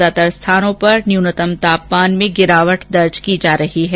ज्यादातर स्थानों के न्यूनतम तापमान में गिरावट दर्ज की जार रही है